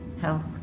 health